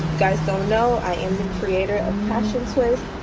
guys don't know i am the creator of passions twists.